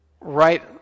right